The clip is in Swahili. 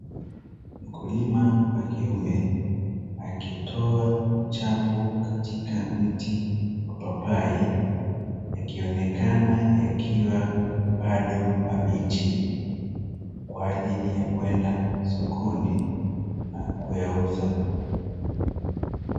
Mkulima wa kiume akitoa uchafu katika mti wa papai yakionekana yakiwa bado mabichi kwa ajili ya kwenda sokoni na kuyauza.